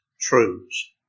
truths